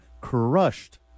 crushed